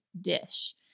dish